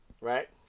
right